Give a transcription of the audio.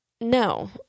No